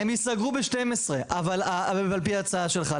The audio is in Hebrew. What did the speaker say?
הם ייסגרו ב-12:00 על פי ההצעה שלך,